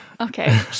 Okay